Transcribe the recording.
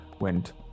went